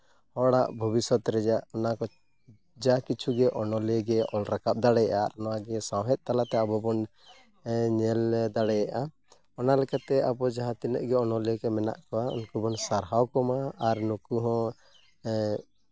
ᱦᱚᱲᱟᱜ ᱵᱷᱚᱵᱤᱥᱥᱚᱛ ᱨᱮᱭᱟᱜ ᱚᱱᱟ ᱠᱚ ᱡᱟ ᱠᱤᱪᱷᱩᱜᱮ ᱚᱱᱚᱞᱤᱭᱟᱹ ᱜᱮ ᱚᱞ ᱨᱟᱠᱟᱵᱽ ᱫᱟᱲᱮᱭᱟᱜᱼᱟ ᱱᱚᱜᱼᱚᱭ ᱡᱮ ᱥᱟᱶᱦᱮᱫ ᱛᱟᱞᱟᱛᱮ ᱟᱵᱚ ᱵᱚᱱ ᱧᱮᱞ ᱫᱟᱲᱮᱭᱟᱜᱼᱟ ᱚᱱᱟ ᱞᱮᱠᱟᱛᱮ ᱟᱵᱚ ᱡᱟᱦᱟᱸ ᱛᱤᱱᱟᱹᱜ ᱜᱮ ᱚᱱᱚᱞᱤᱭᱟᱹ ᱠᱚ ᱢᱮᱱᱟᱜ ᱠᱚᱣᱟ ᱩᱱᱠᱩ ᱵᱚᱱ ᱥᱟᱨᱦᱟᱣ ᱠᱚᱢᱟ ᱟᱨ ᱱᱩᱠᱩ ᱦᱚᱸ